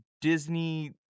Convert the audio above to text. disney